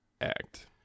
act